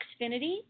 Xfinity